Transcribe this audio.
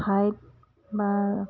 ঠাইত বা